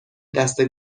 دسته